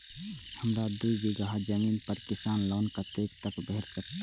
हमरा दूय बीगहा जमीन पर किसान लोन कतेक तक भेट सकतै?